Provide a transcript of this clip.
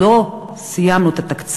עוד לא סיימנו את התקציב: